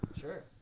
Sure